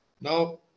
Now